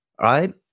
right